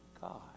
God